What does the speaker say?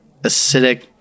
acidic